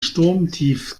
sturmtief